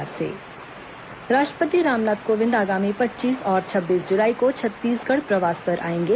राष्ट्रपति दौरा राष्ट्रपति रामनाथ कोविंद आगामी पच्चीस और छब्बीस जुलाई को छत्तीसगढ़ प्रवास पर आएंगे